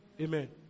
Amen